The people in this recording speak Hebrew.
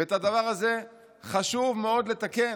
ואת הדבר הזה חשוב מאוד לתקן.